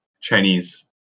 Chinese